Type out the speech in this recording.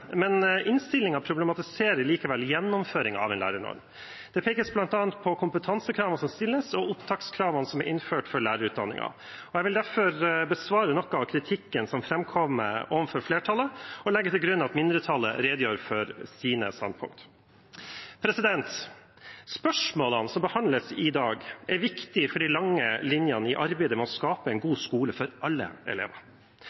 Men innstillingen problematiserer likevel gjennomføringen av en lærernorm. Det pekes bl.a. på kompetansekravene som stilles, og opptakskravene som er innført for lærerutdanningen. Jeg vil derfor besvare noe av kritikken som framkom overfor flertallet, og legger til grunn at mindretallet redegjør for sine standpunkt. Spørsmålene som behandles i dag, er viktige for de lange linjene i arbeidet med å skape en